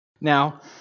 Now